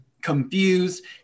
confused